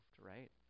right